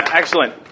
excellent